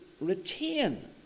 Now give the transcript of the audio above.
retain